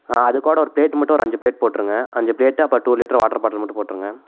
அதுக்கோடய ஒரு பிளேட் மட்டும் ஒரு அஞ்சு பிளேட் போட்டிருங்க அஞ்சு பிளேட்டு அப்புறம் டூ லிட்ரு வாட்டர் பாட்டில் மட்டும் போட்டிருங்க